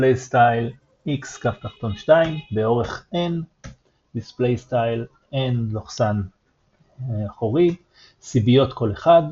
x_{2} באורך n \displaystyle n סיביות כל אחד,